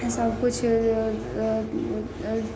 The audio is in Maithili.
सबकिछु